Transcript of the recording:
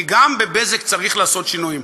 כי גם ב"בזק" צריך לעשות שינויים.